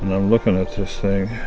and i'm looking at this thing